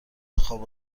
خواب